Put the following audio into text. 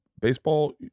baseball